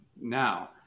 Now